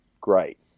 Great